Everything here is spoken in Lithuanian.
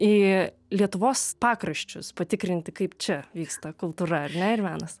į lietuvos pakraščius patikrinti kaip čia vyksta kultūra ar ne ir menas